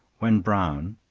when brown,